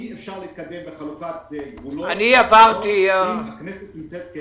אי אפשר להתקדם בחלוקת גבולות אם הכנסת מתפזרת.